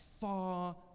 far